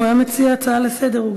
אם הוא היה מציע הצעה לסדר-היום,